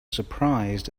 surprised